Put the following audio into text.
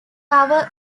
power